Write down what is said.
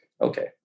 Okay